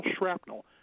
shrapnel